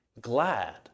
glad